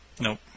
Nope